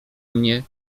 mnie